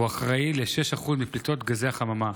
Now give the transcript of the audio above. והוא אחראי ל-6% מפליטת גזי החממה.